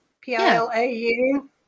P-I-L-A-U